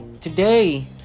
today